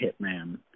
Hitman